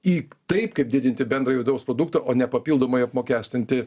į taip kad didinti bendrąjį vidaus produktą o ne papildomai apmokestinti